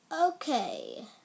Okay